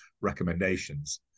recommendations